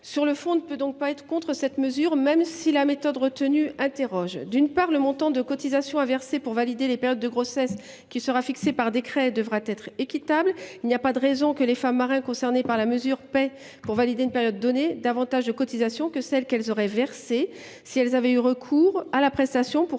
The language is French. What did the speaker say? Sur le fond, on ne peut s’opposer à cette mesure, même si la méthode retenue pose question. D’une part, le montant de cotisation à verser pour valider les périodes de grossesse, qui sera fixé par décret, devrait être équitable. En effet, aucune raison ne justifie que les femmes marins concernées par la mesure paient, pour valider une période donnée, davantage de cotisations que celles qu’elles auraient versées si elles avaient eu recours à la prestation pour